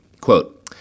Quote